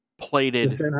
plated